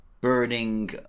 burning